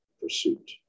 pursuit